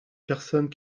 personnes